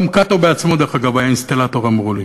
גם קאטו בעצמו, דרך אגב, היה אינסטלטור, אמרו לי.